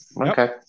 okay